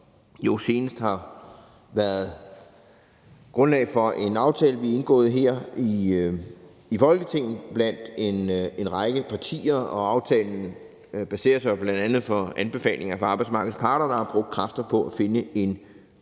jo senest har været grundlag for en aftale, vi har indgået her i Folketinget blandt en række partier. Aftalen baserer sig bl.a. på anbefalinger fra arbejdsmarkedets parter, der har brugt kræfter på at finde en god